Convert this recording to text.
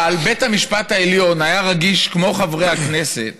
אבל בית המשפט העליון היה רגיש, כמו חברי הכנסת,